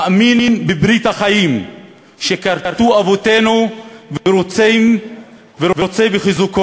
מאמין בברית החיים שכרתו אבותינו ורוצה בחיזוקה,